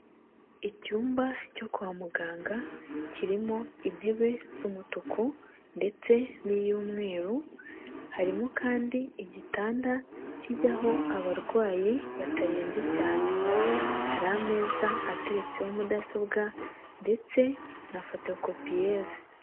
Icyumba cyo kwa muganga kirimo intebe z'umutuku ndetse n'iy'umweru, harimo kandi igitanda kijyaho abarwayi batarembye cyane, hari ameza ateretseho mudasobwa ndetse na fotokopiyeze.